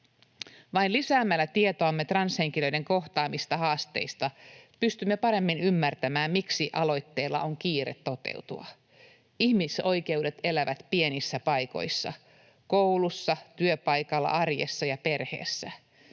Vain lisäämällä tietoamme transhenkilöiden kohtaamista haasteista pystymme paremmin ymmärtämään, miksi aloitteella on kiire toteutua. Ihmisoikeudet elävät pienissä paikoissa, koulussa, työpaikalla, arjessa ja perheessä.